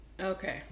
Okay